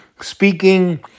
speaking